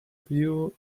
view